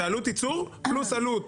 זה עלות ייצור פלוס עלות העמסה,